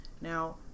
Now